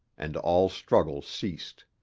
and all struggle ceased.